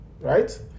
right